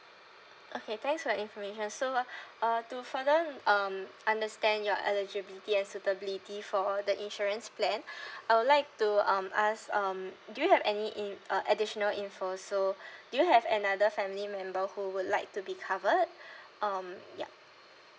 okay thanks for your information so uh to further um understand your eligibility and suitability for the insurance plan I would like to um ask um do you have any in~ uh additional info so do you have another family member who would like to be covered um ya